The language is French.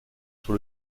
sur